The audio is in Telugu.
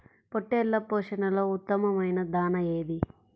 పొట్టెళ్ల పోషణలో ఉత్తమమైన దాణా ఏది?